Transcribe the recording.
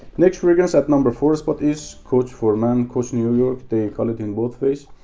next fragrance at number four spot is coach for men coach new york they call it in both ways.